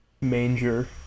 manger